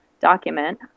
document